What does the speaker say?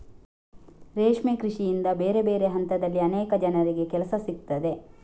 ರೇಷ್ಮೆ ಕೃಷಿಯಿಂದ ಬೇರೆ ಬೇರೆ ಹಂತದಲ್ಲಿ ಅನೇಕ ಜನರಿಗೆ ಕೆಲಸ ಸಿಗ್ತದೆ